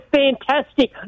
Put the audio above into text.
fantastic